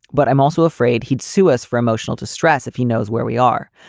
but i'm also afraid he'd sue us for emotional distress if he knows where we are.